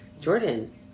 Jordan